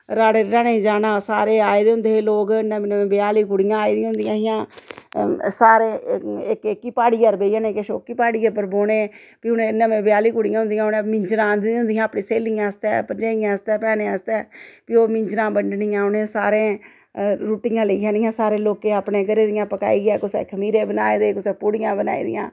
राह्ड़े रड़ाने गी जाना सारे आए दे होंदे हे लोक नमें नमें ब्याह् आह्ली कुड़ियां आई दियां होंदियां हियां सारें इक प्हाड़ियै पर बेहियै किश ओह्की प्हाड़ी पर बौह्ने फिर उनें नमें ब्याह् आह्ली कुड़ियां होंदियां उनें मिंजरा आंदी दियां होंदियां हियां अपनी स्हेली आस्तै भरजाइयें आस्तै भैनें आस्तै फ्ही ओह् मिंजरा बंडनियां उनें सारें रुट्टियां लेई जाने सारे लोकें अपनी घरै दियां पकाइयै कुसै खमीरे बनाए दे कुसै पूड़ियां बनाई दियां